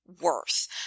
worth